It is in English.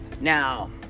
now